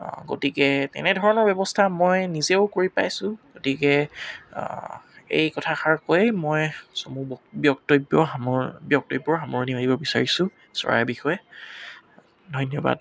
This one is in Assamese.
গতিকে তেনেধৰণৰ ব্যৱস্থা মই নিজেও কৰি পাইছোঁ গতিকে এই কথাষাৰ কৈ মই চমু ব ব্যক্তব্য সামৰণি ব্যক্তব্যৰ সামৰণি মাৰিব বিচাৰিছোঁ চৰাই বিষয়ে ধন্যবাদ